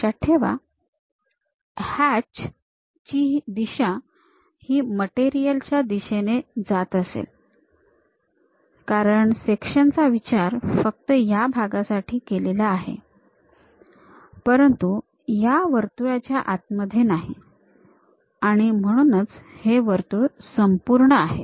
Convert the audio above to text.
लक्षात ठेवा हॅच ची दिशा ही मटेरियल च्या दिशेने असेल कारण सेक्शन चा विचार फक्त या भागासाठी केलेला आहे परंतु या वर्तुळाच्या आतमध्ये नाही आणि म्हणूनच हे वर्तुळ संपूर्ण आहे